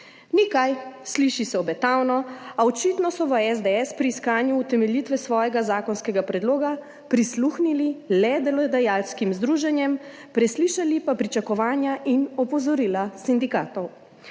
Ni kaj, sliši se obetavno, a očitno so v SDS pri iskanju utemeljitve svojega zakonskega predloga prisluhnili le delodajalskim združenjem, preslišali pa pričakovanja in opozorila sindikatov.